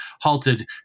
halted